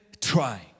try